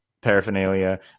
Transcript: paraphernalia